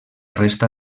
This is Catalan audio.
resta